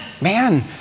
man